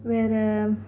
வேறு